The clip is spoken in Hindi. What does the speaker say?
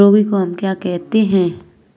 रागी को हम क्या कहते हैं?